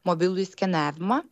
mobilųjį skenavimą